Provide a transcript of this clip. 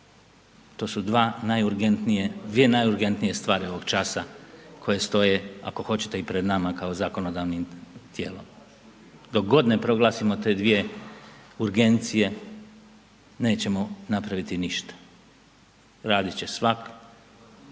To su dva najurgentnije, dvije najurgentnije stvari ovog časa, koje stoje, ako hoćete i pred nama kao zakonodavnim tijelom. Dok god ne proglasimo te dvije urgencije, nećemo napraviti ništa. Radit će svak